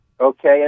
Okay